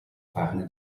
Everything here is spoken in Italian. farne